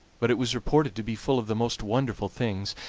but it was reported to be full of the most wonderful things,